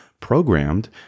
programmed